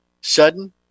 sudden